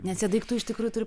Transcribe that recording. nes jie daiktų iš tikrųjų turi